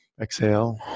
exhale